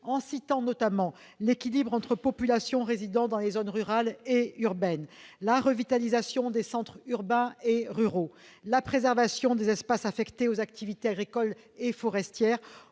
en citant notamment l'équilibre entre populations résidant dans les zones rurales et urbaines, la revitalisation des centres urbains et ruraux, la préservation des espaces affectés aux activités agricoles et forestières,